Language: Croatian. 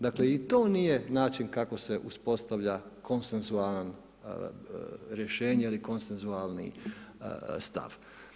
Dakle, i to nije način kako se uspostavlja konsenzualan rješenje ili konsenzualni stav.